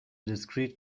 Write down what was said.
discrete